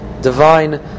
divine